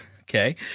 Okay